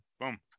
Boom